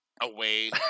away